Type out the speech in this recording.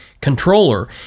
controller